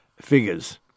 figures